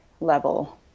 level